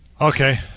Okay